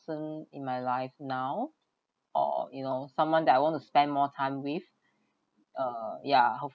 in my life now or you know someone that I want to spend more time with uh yeah hopefully